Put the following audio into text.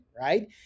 right